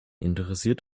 interessiert